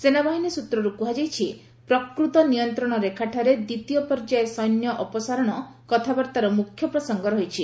ସେନାବାହିନୀ ସୂତ୍ରରୁ କୁହାଯାଇଛି ପ୍ରକୃତ ନିୟନ୍ତ୍ରଣରେଖାଠାରେ ଦ୍ୱିତୀୟ ପର୍ଯ୍ୟାୟ ସୈନ୍ୟ ଅପସାରଣ କଥାବାର୍ତ୍ତାର ମୁଖ୍ୟ ପ୍ରସଙ୍ଗ ରହିଛି